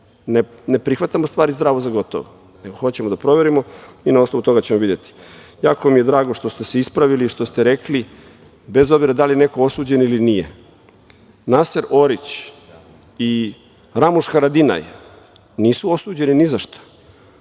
ne prihvatamo stvari zdravo za gotovo nego hoćemo da proverimo i na osnovu toga ćemo videti. Jako mi je drago što se ispravili, što ste rekli – bez obzira da li je neko osuđen ili nije. Naser Orić i Ramiš Haradinaj nisu osuđeni ni za šta,